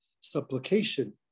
supplication